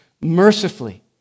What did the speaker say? mercifully